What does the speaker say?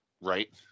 right